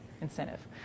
incentive